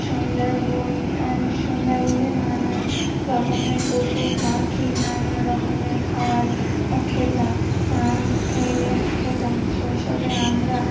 সুন্দরবন সুন্দরবনে নানান রকমের পশু পাখি নানা রকমের খাওয়ার খেতাম খেতাম শৈশবে আমরা